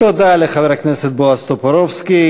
תודה לחבר הכנסת בועז טופורובסקי.